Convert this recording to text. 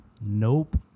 Nope